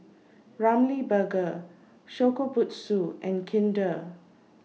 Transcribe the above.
Ramly Burger Shokubutsu and Kinder